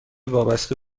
وابسته